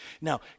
Now